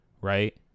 right